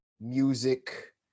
music